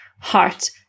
heart